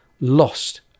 lost